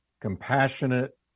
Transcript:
compassionate